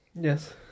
Yes